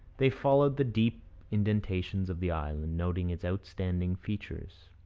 they followed the deep indentations of the island, noting its outstanding features.